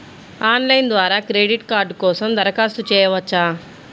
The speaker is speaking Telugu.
ఆన్లైన్ ద్వారా క్రెడిట్ కార్డ్ కోసం దరఖాస్తు చేయవచ్చా?